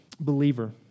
Believer